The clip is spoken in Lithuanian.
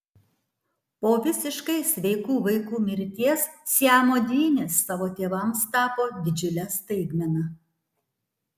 po visiškai sveikų vaikų mirties siamo dvynės savo tėvams tapo didžiule staigmena